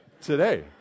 today